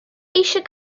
eisiau